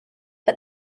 but